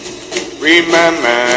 remember